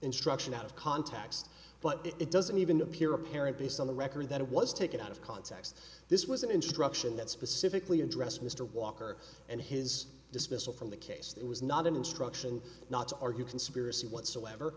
instruction out of context but it doesn't even appear apparent based on the record that it was taken out of context this was an instruction that specifically addressed mr walker and his dismissal from the case that was not an instruction not to argue conspiracy whatsoever